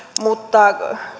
mutta